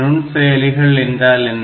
நுண் செயலிகள் என்றால் என்ன